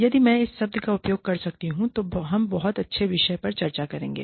यदि मैं उस शब्द का उपयोग कर सकती हूं तो हम बहुत अच्छे विषय पर चर्चा करेंगे